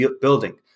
building